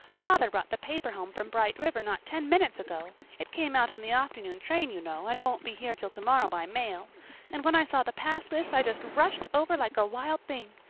father brought the paper home from bright river not ten minutes ago it came out on the afternoon train, you know, and won't be here till tomorrow by mail and when i saw the pass list i just rushed over like a wild thing.